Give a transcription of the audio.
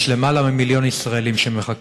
יש למעלה ממיליון ישראלים שמחכים.